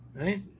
right